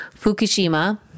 Fukushima